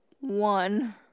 One